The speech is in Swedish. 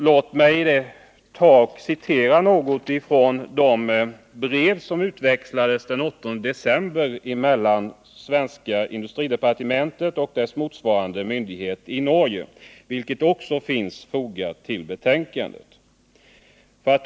Låt mig citera något från de brev som utväxlades den 8 december 1978 mellan det svenska industridepartementet och dess motsvarande myndighet i Norge, vilka också finns fogade till betänkandet.